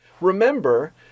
Remember